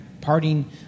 parting